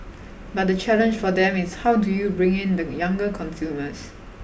but the challenge for them is how do you bring in the younger consumers